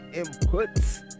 inputs